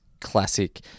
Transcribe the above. classic